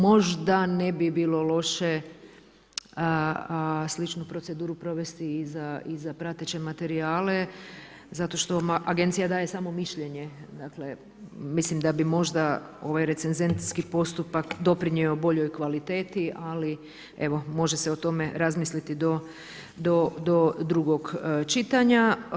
Možda ne bi bilo loše sličnu proceduru provesti i za prateće materijale zato što agencija daje samo mišljenje, dakle mislim da bi možda ovaj recenzentski postupak doprinio boljoj kvaliteti, ali evo može se o tome razmisliti do drugog čitanja.